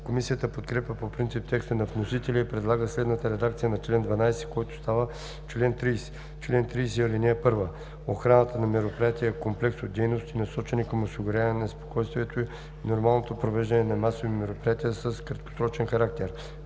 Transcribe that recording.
Комисията подкрепя по принцип текста на вносителя и предлага следната редакция на чл. 12, който става чл. 30: „Чл. 30. (1) Охраната на мероприятия е комплекс от дейности, насочени към осигуряване на спокойното и нормалното провеждане на масови прояви с краткосрочен характер.